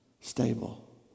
stable